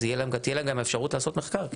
תהייה להם גם את האפשרות לעשות מחקר,